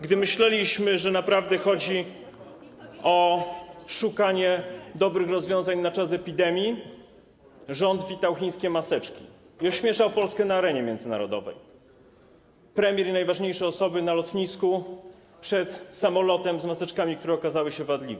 Gdy myśleliśmy, że naprawdę chodzi o szukanie dobrych rozwiązań na czas epidemii, rząd witał chińskie maseczki i ośmieszał Polskę na arenie międzynarodowej - premier i najważniejsze osoby na lotnisku, przed samolotem z maseczkami, które okazały się wadliwe.